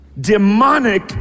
demonic